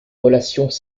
relations